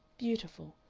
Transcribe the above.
beautiful,